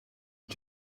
the